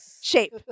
Shape